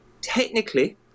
technically